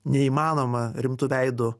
neįmanoma rimtu veidu